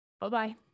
Bye-bye